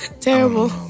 Terrible